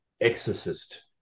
Exorcist